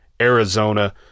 Arizona